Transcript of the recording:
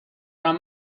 عمه